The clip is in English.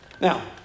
Now